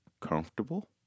comfortable